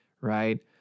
Right